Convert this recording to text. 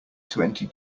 twenty